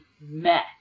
met